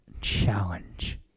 challenge